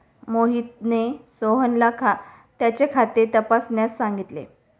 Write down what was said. मोहितने सोहनला त्याचे खाते तपासण्यास सांगितले